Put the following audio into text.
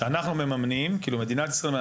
שממומן על ידי מדינת ישראל,